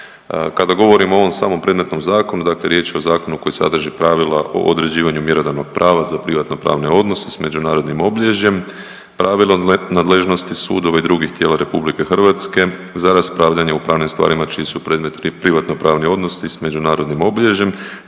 Kada govorimo o ovom samom predmetnom zakonu, dakle riječ je o zakonu koji sadrži pravila o određivanju mjerodavnog prava za privatnopravne odnose s međunarodnim obilježjem, pravilo nadležnosti sudova i drugih tijela RH za raspravljanje u pravnim stvarima čiji su predmeti privatnopravni odnosi s međunarodnim obilježjem,